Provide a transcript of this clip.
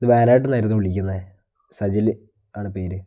ഇത് വയനാട്ടിൽ നിന്നായിരുന്നു വിളിക്കുന്നത് സജിൽ ആണ് പേര്